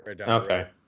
Okay